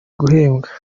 guhembwa